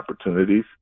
opportunities